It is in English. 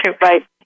Right